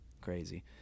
crazy